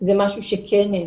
זה משהו שכן נעשה.